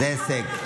זה הישג.